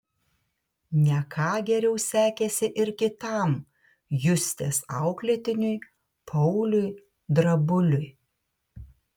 ne ką geriau sekėsi ir kitam justės auklėtiniui pauliui drabuliui